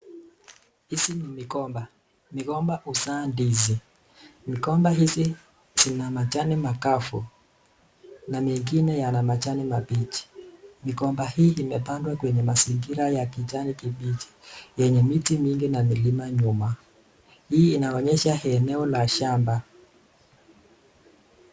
Hizi ni migomba. Migomba huzaa ndizi. Migomba hizi zina majani makavu na mingine yana majani mabichi. Migomba hii imepandwa kwenye mazingira ya kijani kibichi yenye miti mingi na milima nyuma. Hii inaonyesha eneo la shamba.